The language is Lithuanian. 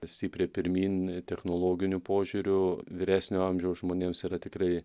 stipriai pirmyn technologiniu požiūriu vyresnio amžiaus žmonėms yra tikrai